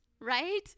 right